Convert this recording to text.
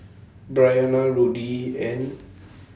Bryana Rudy and